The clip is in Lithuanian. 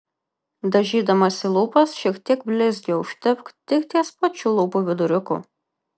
dažydamasi lūpas šiek tiek blizgio užtepk tik ties pačiu lūpų viduriuku